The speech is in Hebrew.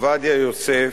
עובדיה יוסף,